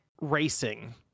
Racing